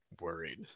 worried